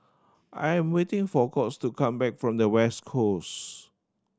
I am waiting for Colts to come back from the West Coast